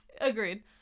agreed